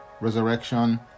resurrection